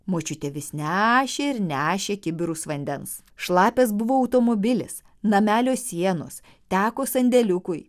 močiutė vis nešė ir nešė kibirus vandens šlapias buvo automobilis namelio sienos teko sandėliukui